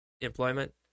employment